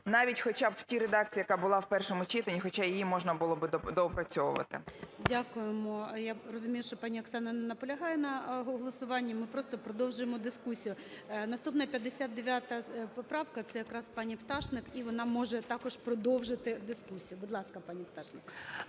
навіть хоча б тій редакції, яка була в першому читанні, хоча її можна було б доопрацьовувати. ГОЛОВУЮЧИЙ. Дякуємо. Я розумію, що пані Оксана не наполягає на голосуванні, ми просто продовжуємо дискусію. Наступна 59-а поправка, це якраз пані Пташник, і вона може також продовжити дискусію. Будь ласка, пані Пташник.